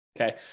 okay